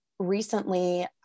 recently